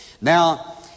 Now